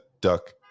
duck